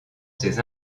ses